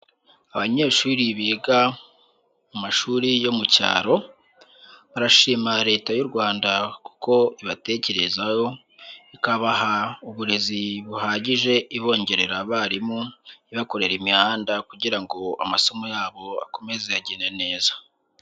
Abanyeshuri biga mu mashuri yo mu cyaro, barashima Leta y'u Rwanda kuko ibatekerezaho, ikabaha uburezi buhagije ibongerera abarimu, ibakore imihanda, kugira ngo amasomo yabo akomeze agende neza.